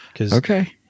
Okay